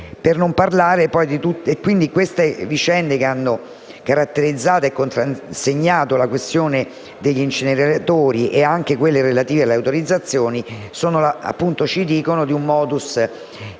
Queste vicende che hanno caratterizzato e contrassegnato la questione degli inceneritori e anche quelle relative alle autorizzazioni ci dicono di un *modus operandi*